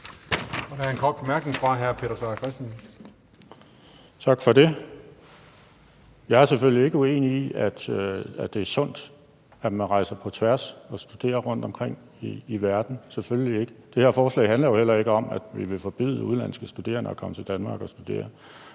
Jeg er selvfølgelig ikke uenig i, at det er sundt at rejse på tværs af landene og studere rundtomkring i verden, selvfølgelig ikke. Det her forslag handler jo heller ikke om, at vi vil forbyde udenlandske studerende at komme til Danmark og studere.